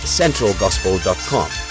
centralgospel.com